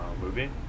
movie